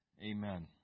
Amen